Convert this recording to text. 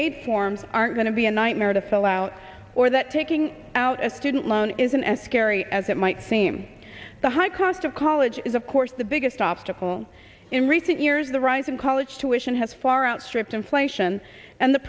aid forms are going to be a nightmare to sell out or that taking out a student loan isn't as scary as it might seem the high cost of college is of course the biggest obstacle in recent years the rise in college tuition has far outstripped inflation and the